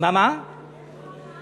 יש לך עוד שעה.